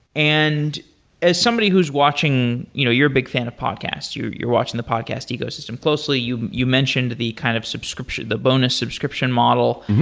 and as somebody who's watching you know you're a big fan of podcast. you're you're watching the podcast ecosystem closely. you you mentioned the kind of the bonus subscription model.